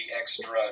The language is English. extra